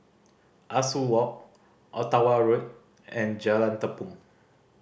Ah Soo Walk Ottawa Road and Jalan Tepong